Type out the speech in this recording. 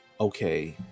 okay